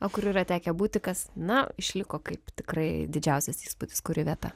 o kur yra tekę būti kas na išliko kaip tikrai didžiausias įspūdis kuri vieta